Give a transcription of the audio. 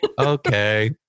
okay